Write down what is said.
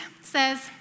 says